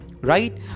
right